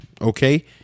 Okay